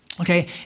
Okay